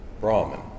Brahman